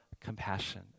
compassion